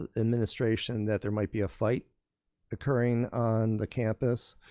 administration that there might be a fight occurring on the campus,